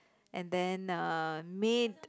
and then uh made